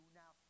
now